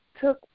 took